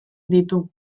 ditu